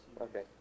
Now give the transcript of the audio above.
Okay